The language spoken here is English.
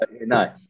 no